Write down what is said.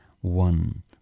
one